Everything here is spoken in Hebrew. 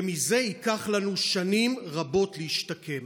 ומזה ייקח לנו שנים רבות להשתקם.